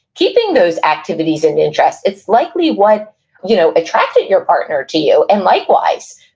keeping those activities and interests, it's likely what you know attracted your partner to you, and likewise.